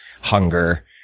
hunger